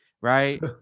right